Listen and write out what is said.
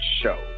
show